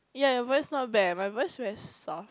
yeah your voice not bad my voice very soft